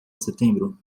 setembro